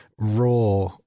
raw